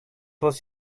was